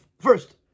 First